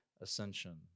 ascension